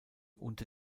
unter